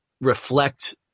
reflect